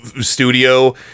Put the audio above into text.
studio